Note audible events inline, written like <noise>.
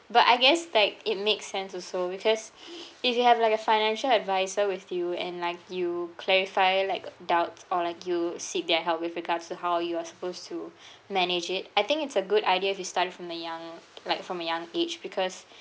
but I guess like it makes sense also because <breath> if you have like a financial advisor with you and like you clarify like doubts or like you seek their help with regards to how you are supposed to <breath> manage it I think it's a good idea if you start from the young like from a young age because